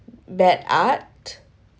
bad art